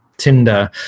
Tinder